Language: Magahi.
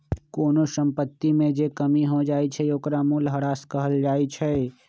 कोनो संपत्ति में जे कमी हो जाई छई ओकरा मूलहरास कहल जाई छई